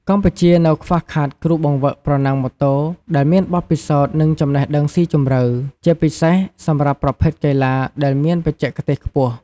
កម្ពុជានៅខ្វះខាតគ្រូបង្វឹកប្រណាំងម៉ូតូដែលមានបទពិសោធន៍ និងចំណេះដឹងស៊ីជម្រៅ ជាពិសេសសម្រាប់ប្រភេទកីឡាដែលមានបច្ចេកទេសខ្ពស់។